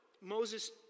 Moses